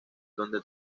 donde